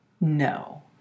No